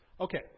Okay